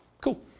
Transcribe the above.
Cool